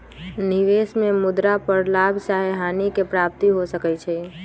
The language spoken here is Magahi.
निवेश में मुद्रा पर लाभ चाहे हानि के प्राप्ति हो सकइ छै